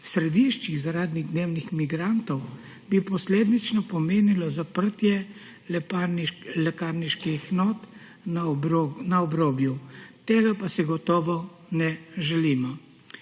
središčih zaradi dnevnih migrantov bi posledično pomenilo zaprtje lekarniških enot na obrobju, tega pa se gotovo ne želimo.